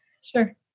Sure